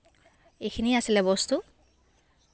এইখিনিয়ে আছিলে বস্তু